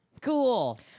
cool